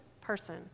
person